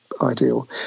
ideal